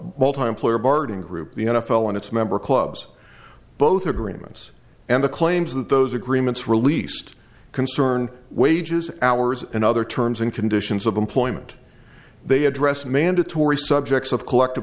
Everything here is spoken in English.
multi player barden group the n f l and its member clubs both agreements and the claims that those agreements released concern wages hours and other terms and conditions of employment they address mandatory subjects of collective